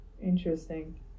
Interesting